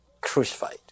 crucified